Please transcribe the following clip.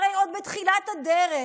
הרי עוד בתחילת הדרך